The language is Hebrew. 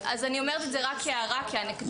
אני אומרת את זה רק כהערה וכאנקדוטה.